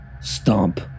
stomp